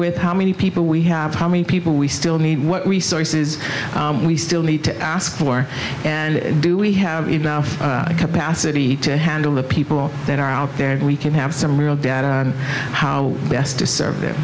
with how many people we have how many people we still need what resources we still need to ask for and do we have enough capacity to handle the people that are out there and we can have some real data on how best to serve